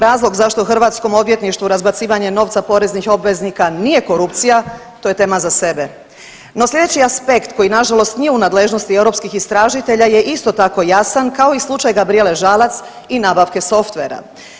Razlog zašto hrvatskom odvjetništvu razbacivanje novca poreznih obveznika nije korupcija, to je tema za sebe, no, sljedeći aspekt koji nažalost nije u nadležnosti europskih istražitelja je isto tako jasan, kao i slučaj Gabrijele Žalac i nabavke softvera.